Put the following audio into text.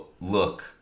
look